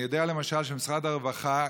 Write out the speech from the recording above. אני יודע למשל שבמשרד הרווחה,